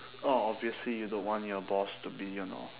oh obviously you don't want your boss to be you know